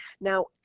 Now